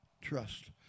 trust